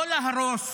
לא להרוס